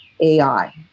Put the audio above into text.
AI